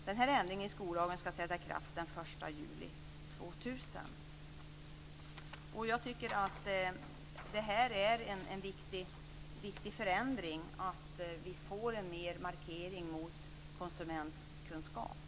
Denna ändring i skollagen ska träda i kraft den Jag tycker att det är en viktig förändring att vi får en bättre markering av konsumentkunskapen.